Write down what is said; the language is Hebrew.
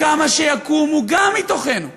כמה שיקומו, גם מתוכנו ומקרבנו,